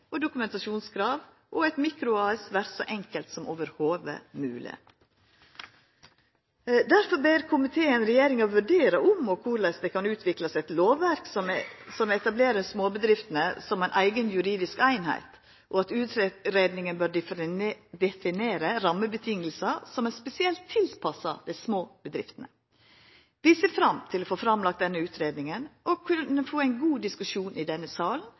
og dokumentasjonskrav og eit mikro-AS som vert så enkelt som i det heile mogleg. Difor ber komiteen regjeringa vurdera om og korleis det kan utviklast eit lovverk som etablerer småbedrifta som ei eiga juridisk einheit, og at utgreiing bør definera rammevilkår som er spesielt tilpassa dei små bedriftene. Vi ser fram til å få framlagt denne utgreiinga og å kunna få ein god diskusjon i denne